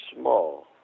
small